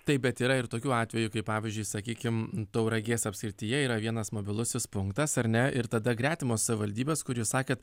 taip bet yra ir tokių atvejų kai pavyzdžiui sakykim tauragės apskrityje yra vienas mobilusis punktas ar ne ir tada gretimos savivaldybės kur jūs sakėt